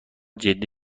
جدی